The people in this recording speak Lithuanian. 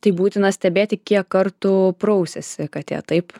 tai būtina stebėti kiek kartų prausiasi katė taip